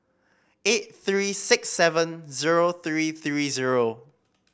eight three six seven zero three three zero